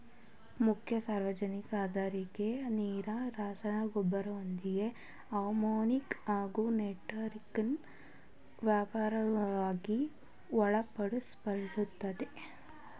ಮುಖ್ಯ ಸಾರಜನಕ ಆಧಾರಿತ ನೇರ ರಸಗೊಬ್ಬರವೆಂದರೆ ಅಮೋನಿಯಾ ಹಾಗು ನೈಟ್ರೇಟನ್ನು ವ್ಯಾಪಕವಾಗಿ ಬಳಸಲ್ಪಡುತ್ತದೆ